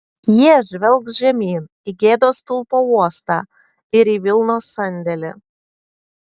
jie žvelgs žemyn į gėdos stulpo uostą ir į vilnos sandėlį